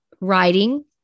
writing